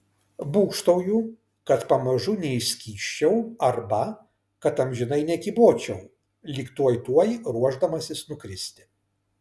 būgštauju kad pamažu neišskysčiau arba kad amžinai nekybočiau lyg tuoj tuoj ruošdamasis nukristi